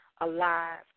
alive